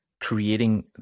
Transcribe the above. creating